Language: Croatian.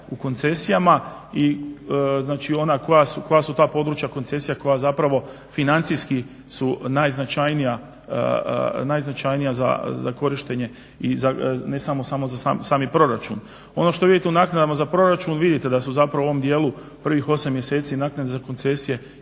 u koncesijama i koja su to područja koncesija koja zapravo financijski su najznačajnija za korištenje, ne samo za sami proračun. Ono što vidite u naknadama za proračun vidite da su zapravo u ovom dijelu prvih 8 mjeseci naknada za koncesije